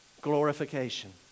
Glorification